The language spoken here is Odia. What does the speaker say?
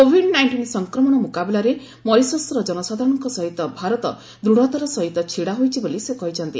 କୋଭିଡ୍ ନାଇଷ୍ଟିନ୍ ସଂକ୍ରମଣ ମୁକାବିଲାରେ ମରିସସ୍ର ଜନସାଧାରଣଙ୍କ ସହିତ ଭାରତ ଦୃଢ଼ତାର ସହିତ ଛିଡାହୋଇଛି ବୋଲି ସେ କହିଛନ୍ତି